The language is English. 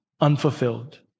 unfulfilled